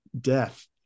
death